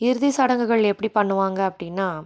இறுதிச்சடங்குகள் எப்படி பண்ணுவாங்க அப்படின்னா